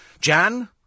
Jan